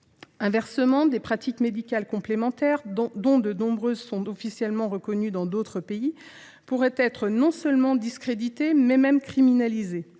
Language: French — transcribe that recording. Inversement, des pratiques médicales complémentaires, dont un grand nombre sont officiellement reconnues dans d’autres pays, pourraient être non seulement discréditées, mais aussi criminalisées.